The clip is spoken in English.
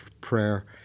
prayer